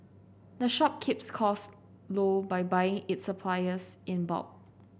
the shop keeps costs low by buying its supplies in bulk